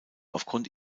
aufgrund